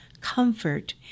comfort